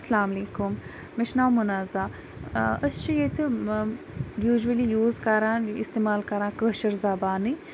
السلامُ علیکُم مےٚ چھُ ناو مُنَزا أسۍ چھِ ییٚتہِ یوجوَلی یوٗز کَران اِستعمال کَران کٲشِر زَبانٕے